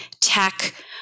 tech